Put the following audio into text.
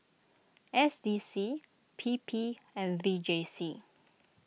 S D C P P and V J C